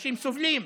אנשים סובלים.